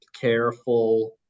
careful